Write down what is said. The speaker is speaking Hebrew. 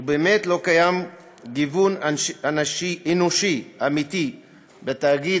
ובאמת לא קיים גיוון אנושי אמיתי בתאגיד,